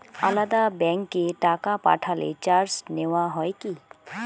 আলাদা ব্যাংকে টাকা পাঠালে চার্জ নেওয়া হয় কি?